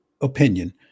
opinion